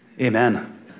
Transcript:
amen